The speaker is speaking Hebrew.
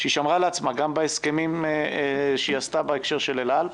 ששמרה לעצמה גם בהסכמים שהיא עשתה בהקשר של אל על.